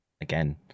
again